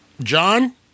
John